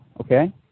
okay